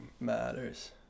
matters